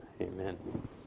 Amen